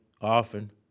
often